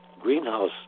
Greenhouse